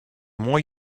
more